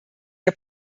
der